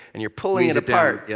and you're pulling it apart, yeah